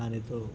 దానితో